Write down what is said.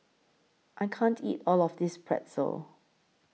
I can't eat All of This Pretzel